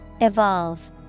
Evolve